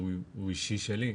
או אישי שלי,